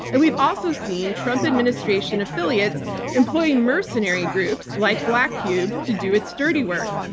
and we've also seen trump administration affiliates employ mercenary groups like black cube to do its dirty work.